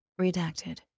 redacted